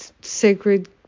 sacred